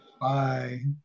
Bye